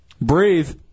Breathe